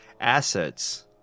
assets